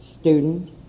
student